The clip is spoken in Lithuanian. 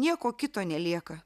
nieko kito nelieka